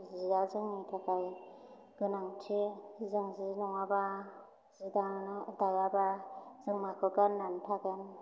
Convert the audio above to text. जिया जोंनि थाखाय गोनांथि जों जि नङाबा जि दानो दायाबा जों माखौ गान्नानै थागोन